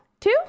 Two